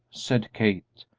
said kate,